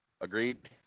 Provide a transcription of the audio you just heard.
Agreed